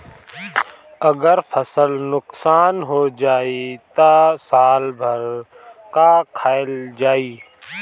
अगर फसल नुकसान हो जाई त साल भर का खाईल जाई